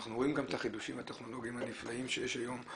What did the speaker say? אנחנו רואים גם את החידושים הטכנולוגיים הנפלאים שיש היום,